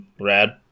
Rad